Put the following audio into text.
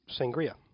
sangria